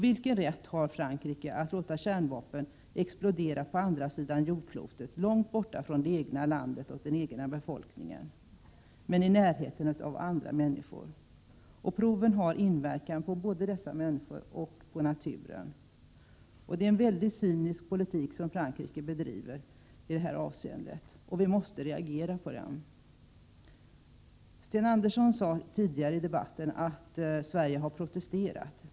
Vilken rätt har Frankrike att låta kärnvapen explodera på andra sidan jordklotet, långt borta från det egna landet och den egna befolkningen men i närheten av andra människor? Proven har inverkan både på dessa människor och på naturen. Det är en väldigt cynisk politik som Frankrike för i det här avseendet, och vi måste reagera på den. Sten Andersson sade tidigare i debatten att Sverige har protesterat.